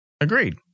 Agreed